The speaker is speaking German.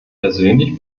persönlich